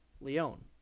Leon